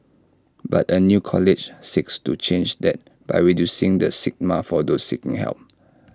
but A new college seeks to change that by reducing the stigma for those seeking help